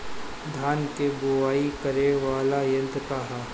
धान के बुवाई करे वाला यत्र का ह?